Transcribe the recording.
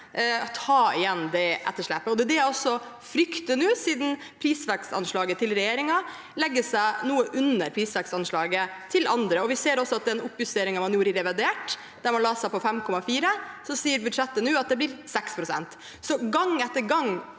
ta igjen det etterslepet. Det er det jeg også frykter nå, siden prisvekstanslaget til regjeringen legger seg noe under prisvekstanslaget til andre. Mens man i den oppjusteringen man gjorde i revidert, la seg på 5,4 pst., sier budsjettet nå at det blir 6 pst.